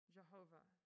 Jehovah